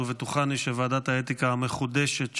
ובטוחני שוועדת האתיקה המחודשת,